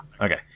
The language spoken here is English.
Okay